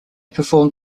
performed